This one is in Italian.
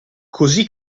così